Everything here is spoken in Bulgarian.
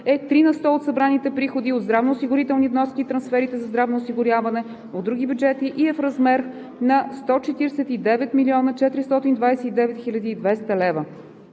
е три на сто от събраните приходи от здравноосигурителни вноски и трансферите за здравно осигуряване от други бюджети и е в размер на 149 429 200 лв.